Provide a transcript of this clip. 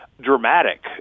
dramatic